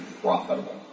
profitable